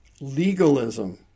legalism